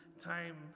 time